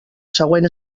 següent